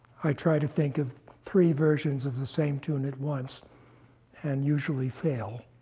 i try to think of three versions of the same tune at once and usually fail.